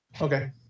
okay